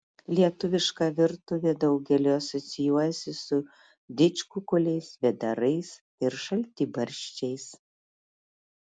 lietuviška virtuvė daugeliui asocijuojasi su didžkukuliais vėdarais ir šaltibarščiais